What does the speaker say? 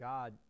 God